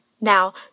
Now